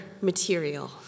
material